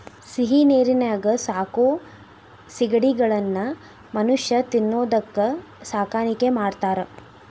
ಸಿಹಿನೇರಿನ್ಯಾಗ ಸಾಕೋ ಸಿಗಡಿಗಳನ್ನ ಮನುಷ್ಯ ತಿನ್ನೋದಕ್ಕ ಸಾಕಾಣಿಕೆ ಮಾಡ್ತಾರಾ